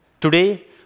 Today